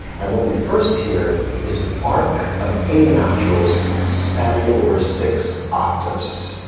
and what we first hear is an arc of a naturals spanning over six octaves.